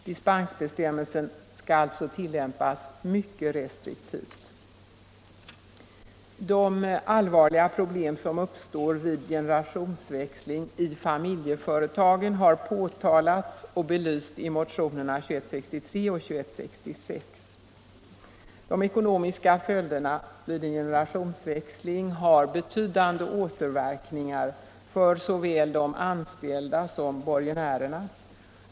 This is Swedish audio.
Dispensbestämmelsen skall alltså tillämpas mycket restriktivt. De allvarliga problem som uppstår vid generationsväxling i familjeföretagen har påtalats och belysts i motionerna 1975:2163 och 1975:2166. De ekonomiska följderna vid en generationsväxling har betydande återverkningar för såväl de anställda som borgenärerna.